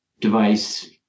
device